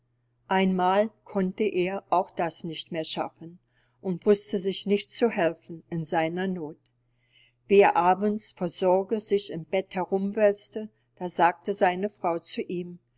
einmal konnte er auch das nicht mehr schaffen und wußte sich nicht zu helfen in seiner noth wie er abends vor sorge sich im bett herumwälzte da sagte seine frau zu ihm